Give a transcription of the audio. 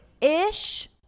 Ish